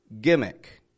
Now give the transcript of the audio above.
Gimmick